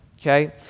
Okay